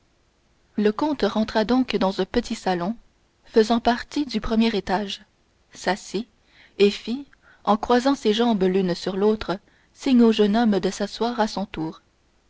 le comte rentra donc dans un petit salon faisant partie du premier étage s'assit et fit en croisant ses jambes l'une sur l'autre signe au jeune homme de s'asseoir à son tour